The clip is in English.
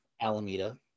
Alameda